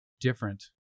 different